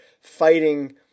fighting